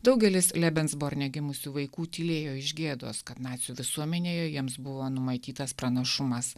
daugelis lebensborne gimusių vaikų tylėjo iš gėdos kad nacių visuomenėje jiems buvo numatytas pranašumas